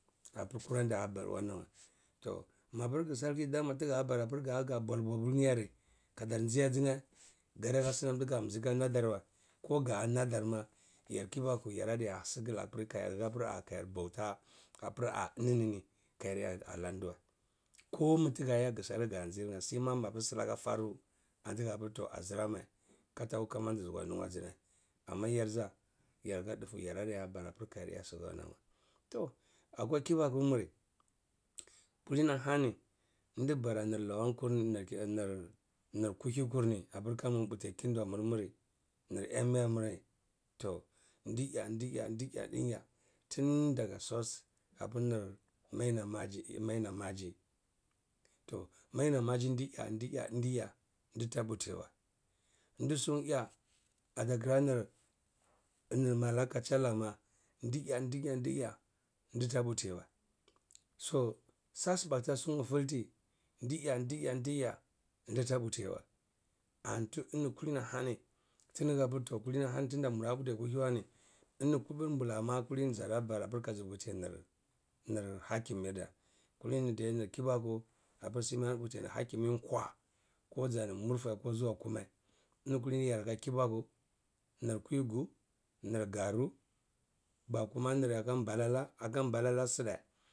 Apir kura da bara wanan wa toh mapirgi silki dama tigabara apir yareh kadar ji ajinyeh gadasini nam tiga mizi aya nadir weh ko ga nadir ma, yar kibaku yaradi ah sigi appir ka yar hapir ah kayar yah bauta wa apir ah eninini, kayar yah alaleh wa, kareh tigate gsal gazimyeh, she mapir sitani anti ga hapir to azirameh katahu kama ndnuha kama ndnubazi ajiyeh amma yarza yaradi aka dufu yaradiya kar appir kayar hyasu aka wanan wa toh, akwa kubakur-muri, kidini-ahani ndi bara nir lanankur-ni nir nir kuhikur ni apir kayar puti kindom murri nir emirar murri, tohndya ndya ndya ndya tun daga source apir nir maina maji toh maina maji ndya ndya ndya ndta puti wan di tsuwa ya ata kara nir malakachala ma, ndya ndya ndya, nditaputi wa so sas bagta suwa filti ndya ndya ndya ndtaputi wa anti eni kulini-ahani tidi napir to kudini-hani tunda mura puti kahi ni wani, eni kupur bula ma kalini zada bara apir kayi puti nir hakimir dar kalini dai nir kibaku apir sch ma dputi nakami nkwa kojani murfeh kozuwa kumeh eni kulini yarka kibaku nir kwigu. Mai garu, ba kuma aka nir balala aka nir balala si deh.